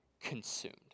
consumed